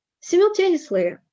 Simultaneously